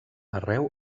arreu